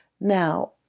Now